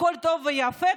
הכול טוב ויפה,